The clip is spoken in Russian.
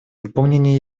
выполнение